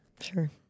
Sure